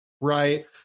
right